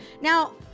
Now